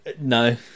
no